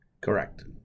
Correct